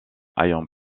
ayant